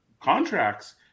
contracts